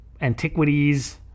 Antiquities